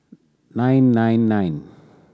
nine nine nine